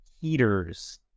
heaters